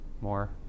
more